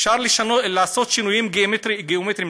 אפשר לעשות שינויים גיאומטריים,